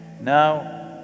Now